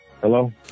Hello